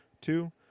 Two